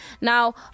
Now